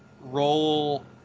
roll